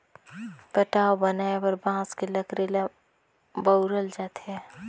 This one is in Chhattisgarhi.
पटाव बनाये बर बांस के लकरी ल बउरल जाथे